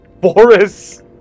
Boris